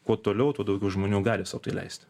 kuo toliau tuo daugiau žmonių gali sau leisti